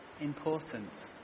important